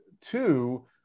two